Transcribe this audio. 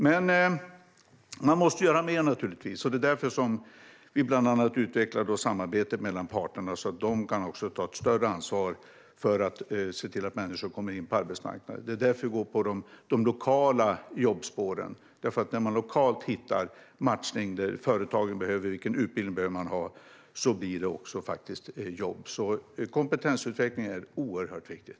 Men man måste naturligtvis göra mer, och det är därför vi bland annat utvecklar samarbete mellan parterna så att också de kan ta ett större ansvar för att se till att människor kommer in på arbetsmarknaden. Det är därför vi går på de lokala jobbspåren. När man lokalt hittar matchning och där företagen får säga vilken utbildning man behöver ha blir det också jobb. Kompetensutveckling är oerhört viktigt.